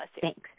Thanks